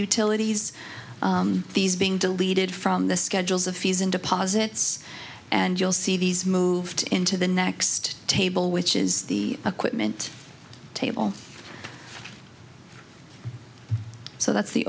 utilities these being deleted from the schedules of fees and deposits and you'll see these moved into the next table which is the equipment table so that's the